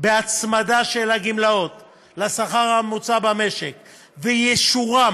בהצמדה של הגמלאות לשכר הממוצע במשק ויישורן